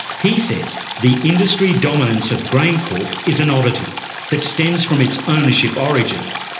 he says the industry dominance of graincorp is an oddity that stems from its ownership origins,